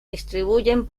distribuyen